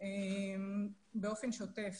באופן שוטף,